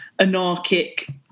anarchic